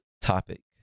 topic